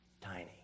Tiny